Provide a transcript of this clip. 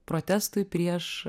protestui prieš